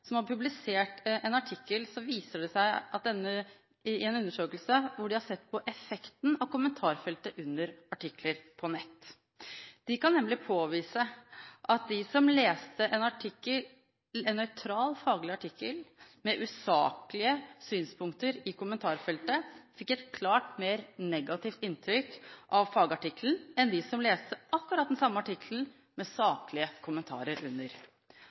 som har publisert en artikkel om en undersøkelse hvor de har sett på effekten av kommentarfeltet under artikler på nett. De kan påvise at de som leste en nøytral faglig artikkel med usaklige synspunkter i kommentarfeltet, fikk et klart mer negativt inntrykk av fagartikkelen enn de som leste akkurat den samme artikkelen med saklige kommentarer under.